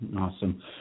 Awesome